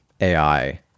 AI